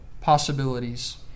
possibilities